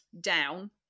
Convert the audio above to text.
down